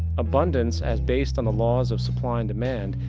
abundance, as based on the laws of supply and demand,